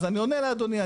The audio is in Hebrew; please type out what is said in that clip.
אז אני עונה לאדוני.